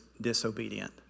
disobedient